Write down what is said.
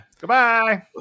Goodbye